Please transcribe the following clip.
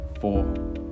four